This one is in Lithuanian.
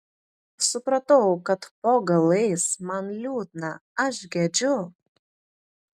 supratau kad po galais man liūdna aš gedžiu